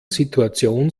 situation